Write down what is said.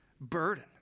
Burden